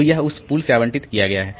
तो यह उस पूल से आवंटित किया गया है